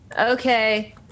Okay